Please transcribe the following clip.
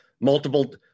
multiple